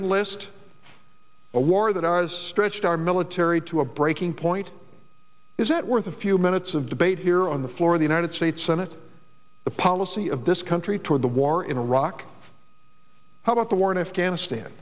enlist a war that are stretched our military to a breaking point is it worth a few minutes of debate here on the floor of the united states senate the policy of this country toward the war in iraq how about the war in afghanistan